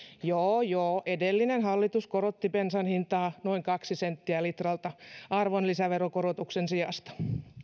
joo joo edellinen hallitus korotti bensan hintaa noin kaksi senttiä litralta arvonlisäveron korotuksen sijasta